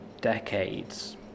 decades